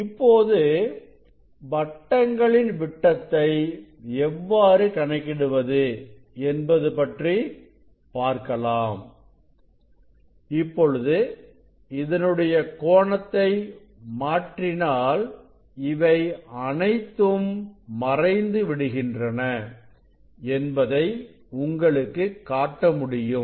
இப்போது வட்டங்களின் விட்டத்தை எவ்வாறு கணக்கிடுவது என்பது பற்றி பார்க்கலாம் இப்பொழுது இதனுடைய கோணத்தை மாற்றினால் இவை அனைத்தும் மறைந்து விடுகின்றன என்பதை உங்களுக்கு காட்ட முடியும்